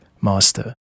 master